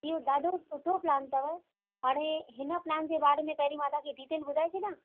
इहो ॾाढो सुठो प्लान अथव हाणे हिन प्लान जे बारे में पहिरीं मां तव्हांखे डिटेल ॿुधाए छॾियां